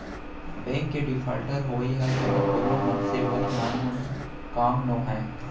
bank के defaulter होवई ह घलोक कोनो मनसे बर नानमुन काम नोहय